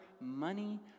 money